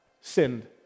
sinned